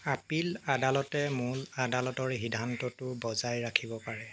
আপীল আদালতে মূল আদালতৰ সিদ্ধান্তটো বজাই ৰাখিব পাৰে